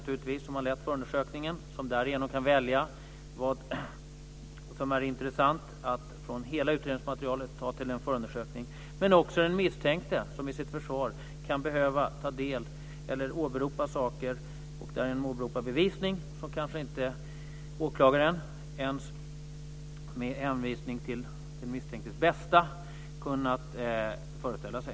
Åklagaren som har lett förundersökningen kan välja från hela utredningsmaterialet vad som är intressant att ha med i förundersökningen. Också den misstänkte kan i sitt försvar behöva ta del av eller åberopa saker som bevisning, som åklagaren kanske inte ens med hänvisning till den misstänktes bästa kunnat föreställa sig.